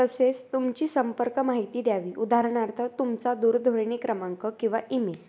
तसेच तुमची संपर्क माहिती द्यावी उदाहरणार्थ तुमचा दूरध्वनी क्रमांक किंवा ईमेल